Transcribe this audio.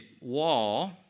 wall